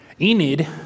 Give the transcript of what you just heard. Enid